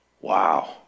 Wow